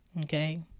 okay